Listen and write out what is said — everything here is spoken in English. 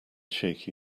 shaky